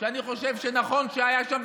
אני חושב שנכון שהיה שם,